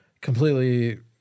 completely